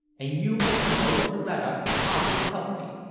and you will come over to rannoch and offer to help me.